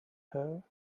her